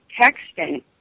texting